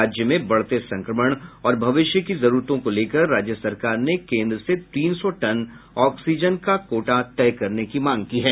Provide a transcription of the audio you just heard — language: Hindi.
राज्य में बढ़ते संक्रमण और भविष्य की जरूरतों को लेकर राज्य सरकार ने केन्द्र से तीन सौ टन ऑक्सीजन की कोटा तय करने की मांग की है